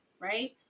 right